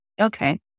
Okay